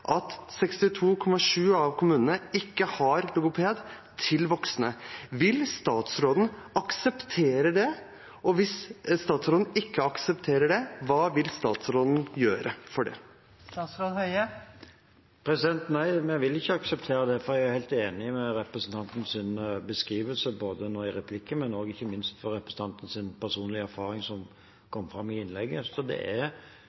at 62,7 pst. av kommunene ikke har offentlig logoped til voksne. Vil statsråden akseptere det? Og hvis statsråden ikke aksepterer det, hva vil statsråden gjøre med det? Nei, vi vil ikke akseptere det. Jeg er helt enig i representantens beskrivelse både nå i replikken og – ikke minst – det som kom fram i innlegget om representantens personlige erfaring.